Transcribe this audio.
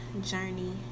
journey